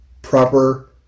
proper